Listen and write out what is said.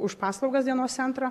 už paslaugas dienos centro